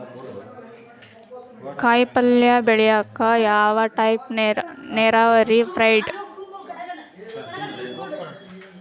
ಕಾಯಿಪಲ್ಯ ಬೆಳಿಯಾಕ ಯಾವ ಟೈಪ್ ನೇರಾವರಿ ಪಾಡ್ರೇ?